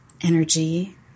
energy